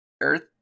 Earth